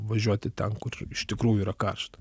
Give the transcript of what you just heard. važiuoti ten kur iš tikrųjų yra karšta